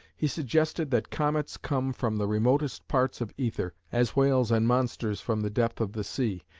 he suggested that comets come from the remotest parts of ether, as whales and monsters from the depth of the sea,